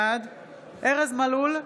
בעד ארז מלול,